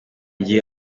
gihe